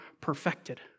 perfected